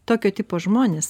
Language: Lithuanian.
tokio tipo žmones